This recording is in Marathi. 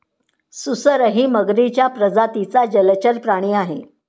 सुसरही मगरीच्या प्रजातीचा जलचर प्राणी आहे